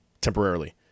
temporarily